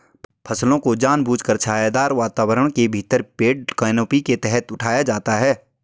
फसलों को जानबूझकर छायादार वातावरण के भीतर पेड़ कैनोपी के तहत उठाया जाता है